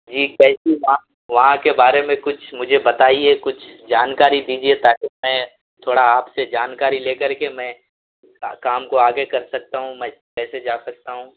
ٹھیک ہے پھر آپ وہاں کے بارے میں کچھ مجھے بتائیے کچھ جانکاری دیجیے تاکہ میں تھوڑا آپ سے جانکاری لے کر کے میں کام کو آگے کر سکتا ہوں میں کیسے جا سکتا ہوں